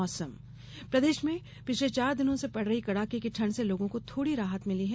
मौसम प्रदेश में पिछले चार दिन से पड़ रही कड़ाके की ठंड से लोगों को थोड़ी राहत मिली है